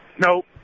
nope